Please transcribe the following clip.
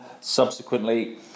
Subsequently